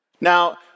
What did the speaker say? Now